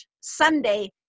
Sunday